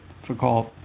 difficult